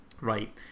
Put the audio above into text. right